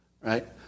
right